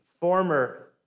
former